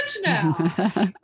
now